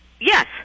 Yes